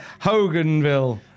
Hoganville